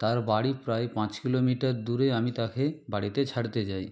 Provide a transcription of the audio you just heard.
তার বাড়ি প্রায় পাঁচ কিলোমিটার দূরে আমি তাকে বাড়িতে ছাড়তে যাই